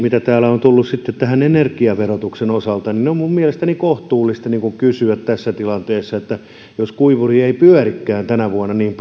mitä täällä on tullut sitten energiaverotuksen osalta on minun mielestäni kohtuullista kysyä tässä tilanteessa että jos kuivuri ei pyörikään tänä vuonna niin